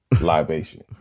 libation